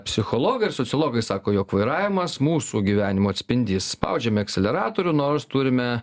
psichologai ir sociologai sako jog vairavimas mūsų gyvenimo atspindys spaudžiame akceleratorių nors turime